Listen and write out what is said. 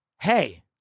Hey